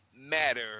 matter